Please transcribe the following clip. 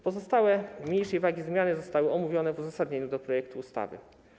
Pozostałe, mniejszej wagi zmiany zostały omówione w uzasadnieniu projektu ustawy.